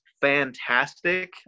fantastic